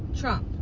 Trump